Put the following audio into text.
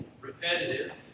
repetitive